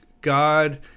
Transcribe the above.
god